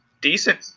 Decent